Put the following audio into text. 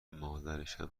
مادرشم